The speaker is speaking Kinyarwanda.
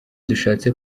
dushatse